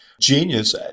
genius